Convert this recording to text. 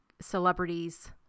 celebrities